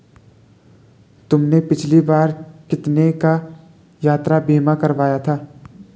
तुमने पिछली बार कितने का यात्रा बीमा करवाया था?